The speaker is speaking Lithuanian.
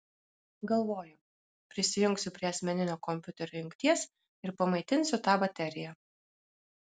galvoju prijungsiu prie asmeninio kompiuterio jungties ir pamaitinsiu tą bateriją